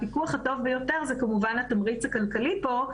הפיקוח הטוב ביותר הוא כמובן התמריץ הכלכלי פה,